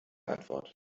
antwort